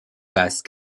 base